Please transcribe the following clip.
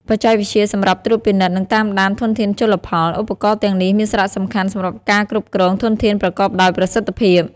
បច្ចេកវិទ្យាសម្រាប់ត្រួតពិនិត្យ និងតាមដានធនធានជលផល ឧបករណ៍ទាំងនេះមានសារៈសំខាន់សម្រាប់ការគ្រប់គ្រងធនធានប្រកបដោយប្រសិទ្ធភាព។